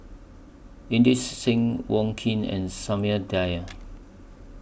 Inderjit Singh Wong Keen and Samuel Dyer